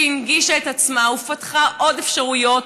שהנגישה את עצמה ופתחה עוד אפשרויות,